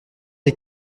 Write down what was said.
des